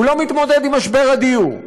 הוא לא מתמודד עם משבר הדיור,